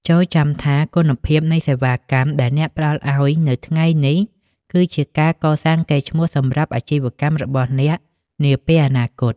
ចូរចាំថា គុណភាពនៃសេវាកម្មដែលអ្នកផ្តល់ឱ្យនៅថ្ងៃនេះ គឺជាការកសាងកេរ្តិ៍ឈ្មោះសម្រាប់អាជីវកម្មរបស់អ្នកនាពេលអនាគត។